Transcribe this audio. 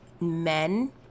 men